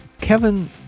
Kevin